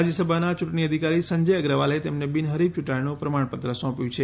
રાજ્યસભાના યૂંટણી અધિકારી સંજય અગ્રવાલે તેમને બિન હરિફ યૂંટાયાનું પ્રમાણપત્ર સોંપ્યું છે